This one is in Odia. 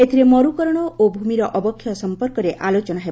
ଏଥିରେ ମର୍ତକରଣ ଓ ଭୂମିର ଅବକ୍ଷୟ ସମ୍ପର୍କରେ ଅଲୋଚନା ହେବ